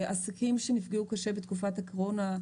עסקים שנפגעו קשה בתקופת הקורונה,